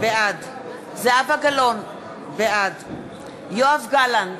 בעד זהבה גלאון, בעד יואב גלנט,